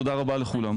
תודה רבה לכולם.